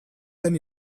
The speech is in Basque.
den